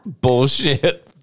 bullshit